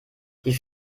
die